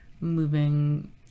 moving